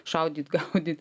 šaudyt gaudyt